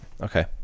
okay